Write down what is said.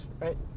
right